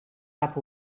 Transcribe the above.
cap